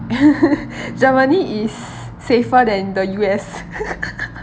germany is safer than the U_S